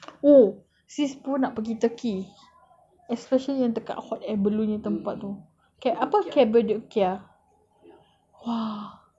oh sis pun nak pergi turkey especially yang dekat hot air balloon punya tempat tu ca~ apa cappadocia !wah!